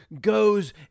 goes